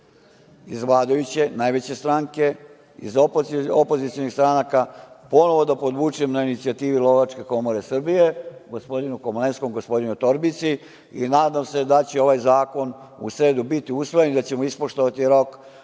iz vladajuće najveće stranke, iz opozicionih stranaka, ponovo da podvučem na inicijativi Lovačke komore Srbije, gospodinu Komlenskom, gospodinu Torbici i nadam se da će ovaj zakon u sredu biti usvojen i da ćemo ispoštovati rok